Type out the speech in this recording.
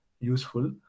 useful